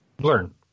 learn